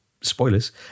spoilers